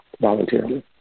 voluntarily